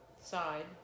Side